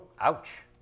ouch